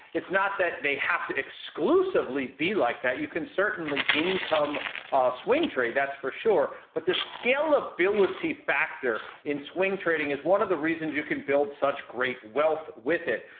it's not that they have to exclusively be like that. you can certainly income swing trade, that's for sure, but the scalability factor in swing trading is one of the reasons you can build such great wealth with it.